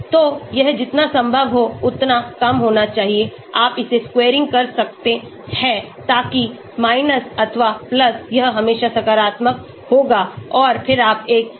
तो यह जितना संभव हो उतना कम होना चाहिए आप इसे squaring कर रहे हैं ताकि अथवा यह हमेशा सकारात्मक होगा और फिर आप एक summation ले रहे हैं